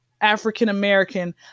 African-American